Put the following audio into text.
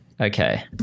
Okay